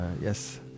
Yes